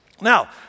Now